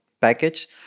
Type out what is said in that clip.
package